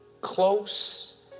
close